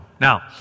Now